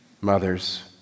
mother's